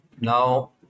Now